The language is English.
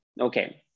Okay